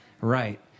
right